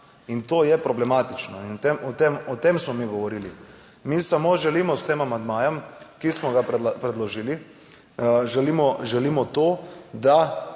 In to je problematično in o tem smo mi govorili. Mi samo želimo s tem amandmajem, ki smo ga predložili, želimo to, da